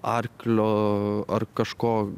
arklio ar kažko